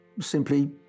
simply